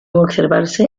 observarse